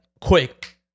quick